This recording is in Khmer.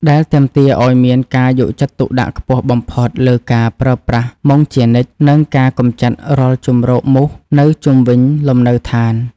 ដែលទាមទារឱ្យមានការយកចិត្តទុកដាក់ខ្ពស់បំផុតលើការប្រើប្រាស់មុងជានិច្ច និងការកម្ចាត់រាល់ជម្រកមូសនៅជុំវិញលំនៅឋាន។